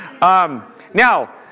Now